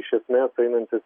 iš esmės einantis